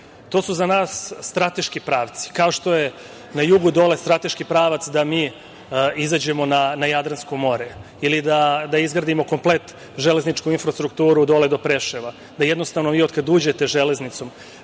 To su za nas strateški pravci, kao što je na jugu dole strateški pravac da mi izađemo na jadransko more ili da izgradimo komplet železničku infrastrukturu dole do Preševa, da jednostavno vi od kad uđete železnicom